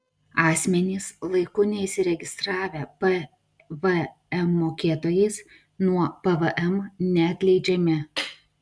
asmenys laiku neįsiregistravę pvm mokėtojais nuo pvm neatleidžiami